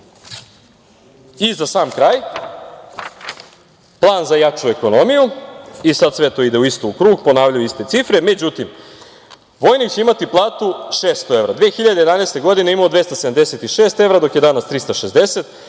sam kraj, plan za jaču ekonomiju i sad sve to ide isto u krug, ponavljaju iste cifre. Međutim, vojnik će imati platu 600 evra. Godine 2011. je imao 276 evra, dok je danas 360,